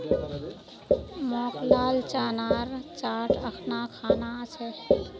मोक लाल चनार चाट अखना खाना छ